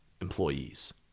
employees